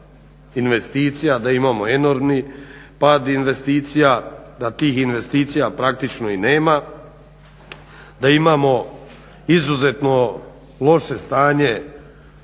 investicija, da imamo enormni pad investicija, da tih investicija praktično i nema, da imamo izuzetno loše stanje